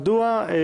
א.